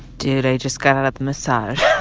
dude, i just got a massage